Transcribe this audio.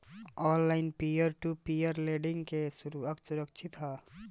online peer to peer lending के असुरक्षित व्यतिगत लोन के रूप में देखल जाला